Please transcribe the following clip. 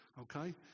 okay